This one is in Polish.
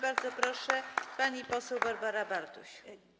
Bardzo proszę, pani poseł Barbara Bartuś.